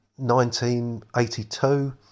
1982